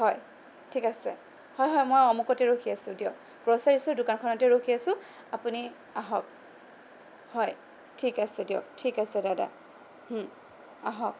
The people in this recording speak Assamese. হয় ঠিক আছে হয় হয় মই অমুকতে ৰখি আছোঁ দিয়ক গ্ৰ'চাৰীচৰ দোকানখনতে ৰখি আছোঁ আপুনি আহক হয় ঠিক আছে দিয়ক ঠিক আছে দাদা আহক